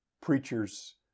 preachers